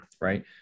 right